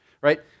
Right